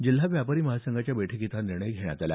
जिल्हा व्यापारी महासंघाच्या बैठकीत हा निर्णय घेण्यात आला